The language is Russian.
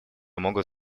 могут